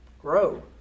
grow